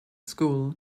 school